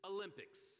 Olympics